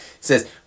says